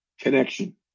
connection